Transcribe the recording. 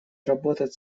работать